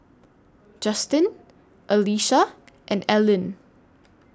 Justen Alesha and Ellyn